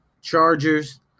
Chargers